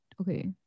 okay